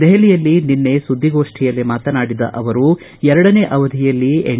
ದೆಹಲಿಯಲ್ಲಿ ನಿನ್ನೆ ಸುದ್ದಿಗೋಷ್ಠಿಯಲ್ಲಿ ಮಾತನಾಡಿದ ಅವರು ಎರಡನೇ ಅವಧಿಯಲ್ಲಿ ಎನ್